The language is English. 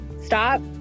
stop